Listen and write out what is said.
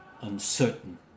uncertain